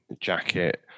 Jacket